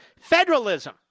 Federalism